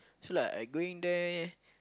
so I I going there